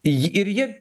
ji ir ji